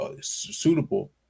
suitable